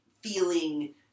feeling